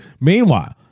meanwhile